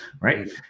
right